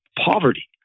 poverty